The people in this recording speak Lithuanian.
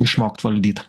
išmokt valdyt